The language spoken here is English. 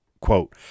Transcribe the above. quote